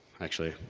actually,